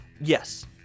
Yes